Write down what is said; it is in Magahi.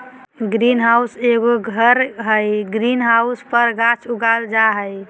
ग्रीन हाउस एगो घर हइ, ग्रीन हाउस पर गाछ उगाल जा हइ